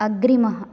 अग्रिमः